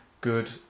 good